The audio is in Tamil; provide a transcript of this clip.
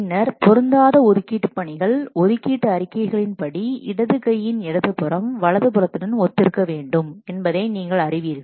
பின்னர் பொருந்தாத ஒதுக்கீட்டுபணிகள் ஒதுக்கீட்டு அறிக்கைகளில் படி இடது கையின் இடது புறம் வலது புறத்துடன் ஒத்திருக்க வேண்டும் என்பதை நீங்கள் அறிவீர்கள்